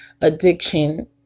addiction